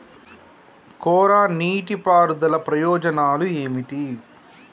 కోరా నీటి పారుదల ప్రయోజనాలు ఏమిటి?